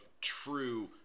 true